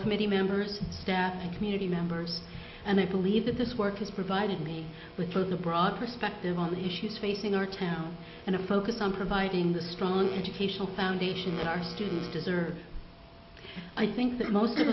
committee members staff and community members and i believe that this work has provided me with first a broader perspective on the issues facing our town and a focus on providing the strong educational foundation that our students deserve i think that most of